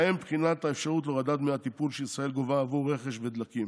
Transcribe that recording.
ובהן בחינת האפשרות להורדת דמי הטיפול שישראל גובה עבור רכש ודלקים,